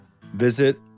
Visit